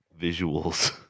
visuals